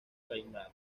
reinado